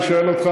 אני שואל אותך,